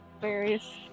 various